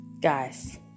Guys